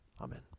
amen